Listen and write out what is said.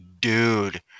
dude